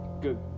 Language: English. good